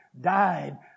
died